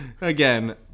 again